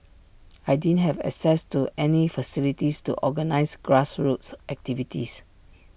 I didn't have access to any facilities to organise grassroots activities